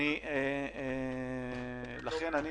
לכן אני